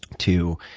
to,